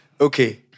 Okay